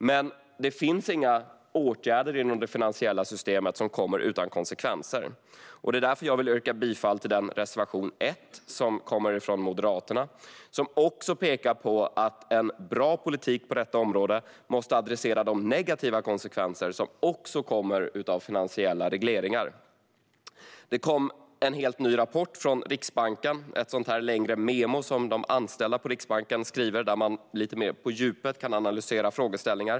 Men det finns inga åtgärder inom det finansiella systemet som inte har några konsekvenser. Det är därför jag vill yrka bifall till Moderaternas reservation 1. Den pekar på att en bra politik på området måste adressera de negativa konsekvenser som också kommer av finansiella regleringar. Riksbanken har kommit med en helt ny rapport. Det är ett längre memo som de anställda på Riksbanken skriver. Där kan de lite mer på djupet analysera frågeställningar.